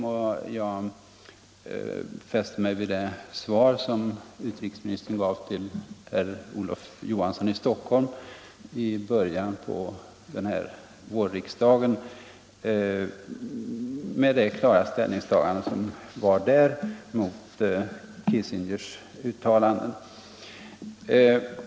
Jag tar fasta på det svar som utrikesministern gav till herr Olof Johansson i Stockholm i början av den här vårriksdagen och det klara ställningstagande som fanns där mot Kissingers uttalanden.